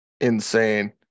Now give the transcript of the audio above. insane